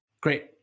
Great